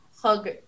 Hug